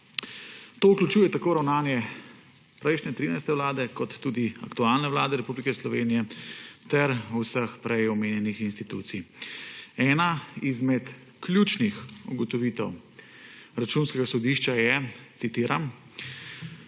To vključuje tako ravnanje prejšnje 13. vlade, kot tudi aktualne vlade Republike Slovenije ter vseh prej omenjenih institucij. Ena izmed ključnih ugotovitev Računskega sodišča je, citiram: